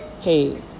Hey